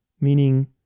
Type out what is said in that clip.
meaning